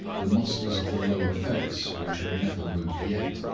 the muscles of the lower face, which had never moved yet,